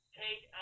take